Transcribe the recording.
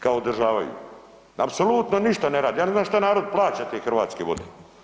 Kao održavaju, apsolutno ništa ne rade, ja ne znam šta narod plaća te Hrvatske vode.